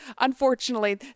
unfortunately